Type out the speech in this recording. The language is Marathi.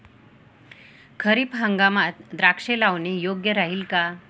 खरीप हंगामात द्राक्षे लावणे योग्य राहिल का?